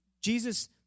Jesus